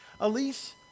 Elise